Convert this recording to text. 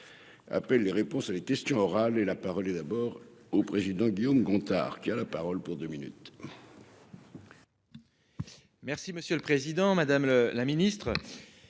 Appelle les réponses à des questions orales et la parole est d'abord au président Guillaume Gontard, qui a la parole pour 2 minutes.